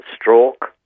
stroke